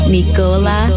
Nicola